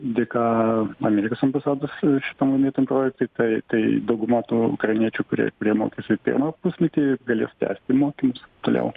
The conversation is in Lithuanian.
dėka amerikos ambasados šitam minėtam projektui tai tai dauguma tų ukrainiečių kurie kurie mokėsi pirmą pusmetį galės tęsti mokymus toliau